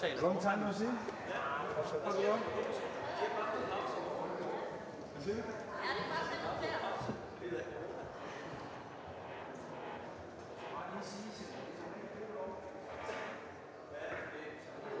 Hvor er det,